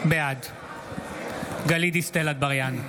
בעד גלית דיסטל אטבריאן,